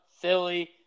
philly